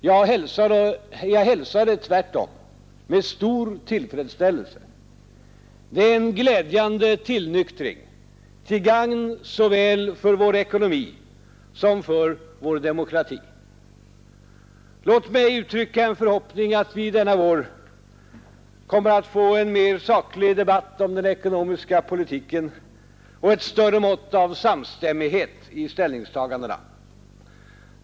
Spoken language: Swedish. Jag hälsar det tvärtom med stor tillfredsställelse. Det är en glädjande tillnyktring till gagn såväl för vår ekonomi som för vår demokrati. Låt mig uttrycka en förhoppning att vi denna vår kommer att få en mera saklig debatt om den ekonomiska politiken och ett större mått av samstämmighet i ställningstagandena.